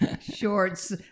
shorts